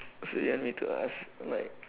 so you want me to ask like